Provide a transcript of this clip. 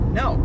no